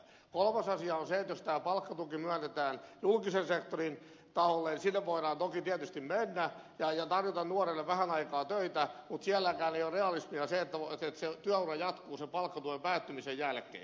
kolmas asia on se että jos palkkatuki myönnetään julkisen sektorin taholle siihen voidaan toki tietysti mennä ja tarjota nuorelle vähän aikaa töitä mutta sielläkään ei ole realismia se että työura jatkuu palkkatuen päättymisen jälkeen